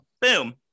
Boom